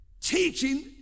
teaching